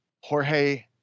Jorge